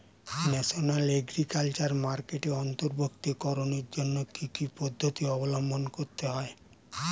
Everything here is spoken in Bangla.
ন্যাশনাল এগ্রিকালচার মার্কেটে অন্তর্ভুক্তিকরণের জন্য কি কি পদ্ধতি অবলম্বন করতে হয়?